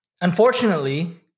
unfortunately